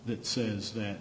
that says that